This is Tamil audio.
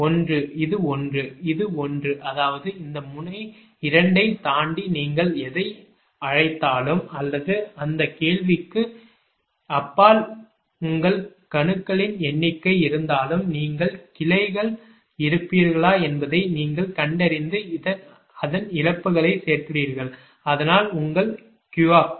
ஒன்று இது ஒன்று இது ஒன்று அதாவது இந்த முனை 2 ஐ தாண்டி நீங்கள் எதை அழைத்தாலும் அல்லது இந்த கிளைக்கு அப்பால் உங்கள் கணுக்களின் எண்ணிக்கை இருந்தாலும் நீங்கள் கிளைகள் இருப்பீர்களா என்பதை நீங்கள் கண்டறிந்து அதன் இழப்புகளைச் சேர்க்கிறீர்கள் அதனால் உங்கள் Q